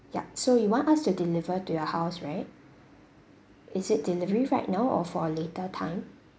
ya so you want us to deliver to your house right is it delivery right now or for a later time